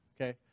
Okay